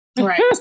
Right